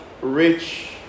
rich